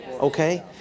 Okay